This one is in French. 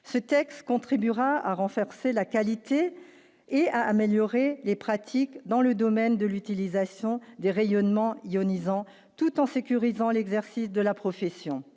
ce texte contribuera à renforcer la qualité et à améliorer les pratiques dans le domaine de l'utilisation des rayonnements ionisants tout en sécurisant l'exercice de la profession,